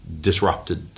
disrupted